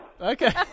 Okay